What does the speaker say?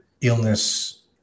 illness